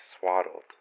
swaddled